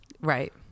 right